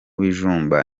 bijumba